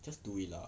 just do it lah